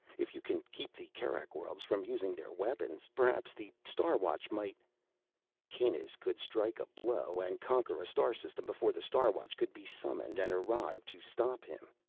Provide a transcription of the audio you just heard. if you can keep the kerak worlds from using their weapons. perhaps the star watch might kanus could strike a blow and conquer a star system before the star watch could be summoned and arrive to stop him.